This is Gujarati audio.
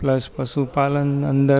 પ્લસ પશુપાલન અંદર